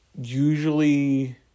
usually